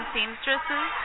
Seamstresses